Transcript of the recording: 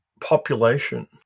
population